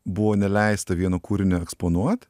buvo neleista vieno kūrinio eksponuoti